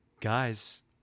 guys